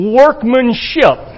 workmanship